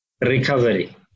recovery